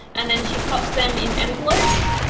and then she pops them in envelopes,